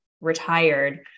retired